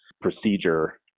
procedure